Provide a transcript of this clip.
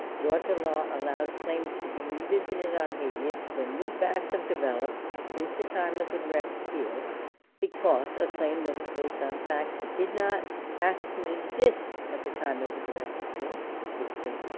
georgia law allows claims to be revisited on habeas when new facts have developed since the time of the direct appeal because a claim that is based on facts that did not actually exist at the time of the direct appeal, which is this case,